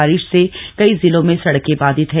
बारिश से कई जिलों में सड़कें बाधित हैं